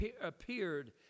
appeared